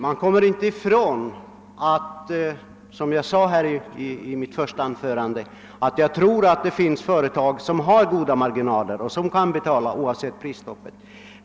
Jag sade även i mitt första anförande att jag tror att det finns företag som har goda marginaler och som kan betala oavsett prisstoppet.